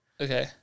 Okay